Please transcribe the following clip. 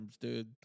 dude